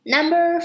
Number